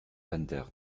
fender